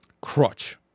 crutch